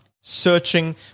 searching